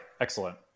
Excellent